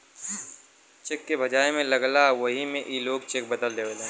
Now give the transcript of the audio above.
check के भजाए मे लगला वही मे ई लोग चेक बदल देवेलन